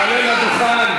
סירוב גדול.